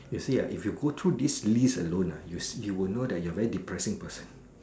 you see ah if you go through this alone ah you you will know that you are very depressing person